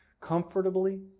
comfortably